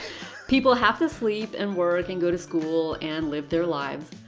people have to sleep and work and go to school and live their lives.